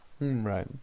Right